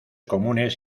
comunes